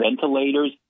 ventilators